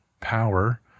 power